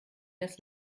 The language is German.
das